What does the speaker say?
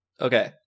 Okay